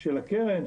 של הקרן,